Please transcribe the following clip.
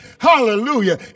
hallelujah